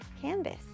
canvas